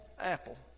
apple